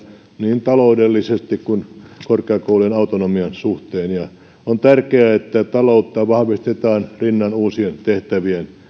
niin taloudellisesti kuin korkeakoulujen autonomian suhteen on tärkeää että taloutta vahvistetaan rinnan uusien tehtävien